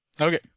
Okay